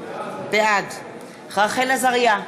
בעד רחל עזריה,